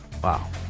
Wow